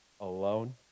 alone